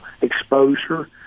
exposure